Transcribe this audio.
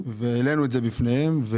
העלינו את זה בפניהם,